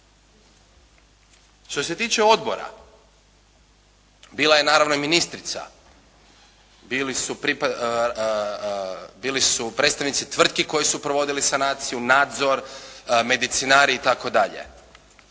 Što se tiče odbora bila je naravno i ministrica, bili su predstavnici tvrtki koji su provodili sanaciju, nadzor, medicinari i